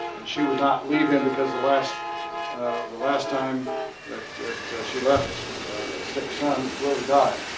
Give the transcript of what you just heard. and she would not leave him, because the last the last time that she left a sick son, willie died.